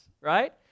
right